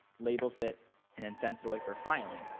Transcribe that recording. labels it and then sends it away for filing.